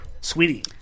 Sweetie